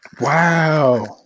wow